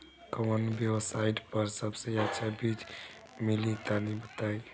कवन वेबसाइट पर सबसे अच्छा बीज मिली तनि बताई?